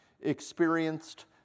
experienced